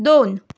दोन